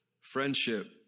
Friendship